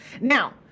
Now